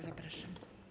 Zapraszam.